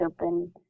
open